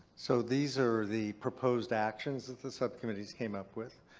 so these are the proposed actions that the subcommittees came up with.